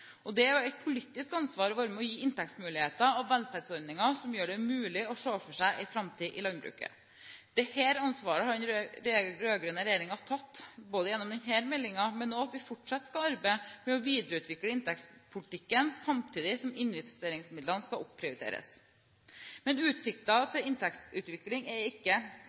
Det er et politisk ansvar å være med og gi inntektsmuligheter og velferdsordninger som gjør det mulig å se for seg en framtid i landbruket. Dette ansvaret har den rød-grønne regjeringen tatt, både gjennom denne meldingen og ved at vi fortsatt skal arbeide med å videreutvikle inntektspolitikken samtidig som investeringsmidlene skal opprioriteres. Men utsikten til inntektsutvikling er ikke